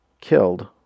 killed